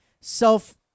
self